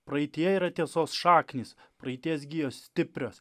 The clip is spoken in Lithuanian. praeityje yra tiesos šaknys praeities gijos stiprios